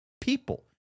people